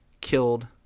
killed